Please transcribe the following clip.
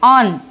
on